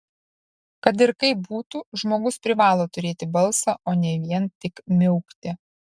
kad ir kaip būtų žmogus privalo turėti balsą o ne vien tik miaukti